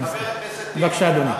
חבר הכנסת טיבי, בבקשה, אדוני.